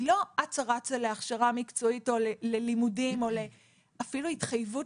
היא לא אצה רצה להכשרה מקצועית או ללימודים או אפילו להתחייבות